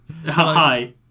Hi